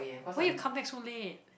why you come back so late